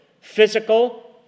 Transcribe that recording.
physical